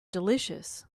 delicious